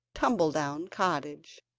tumble-down cottage,